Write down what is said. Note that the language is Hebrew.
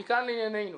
ומכאן לענייננו: